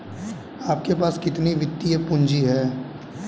आपके पास कितनी वित्तीय पूँजी है?